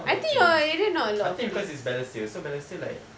no not a lot of things I think because it's balestier so balestier like